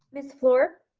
miss fluor?